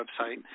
website